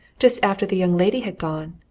just after the young lady had gone.